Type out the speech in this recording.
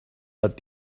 but